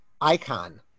icon